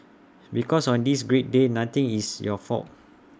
because on this great day nothing is your fault